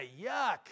yuck